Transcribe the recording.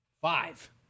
Five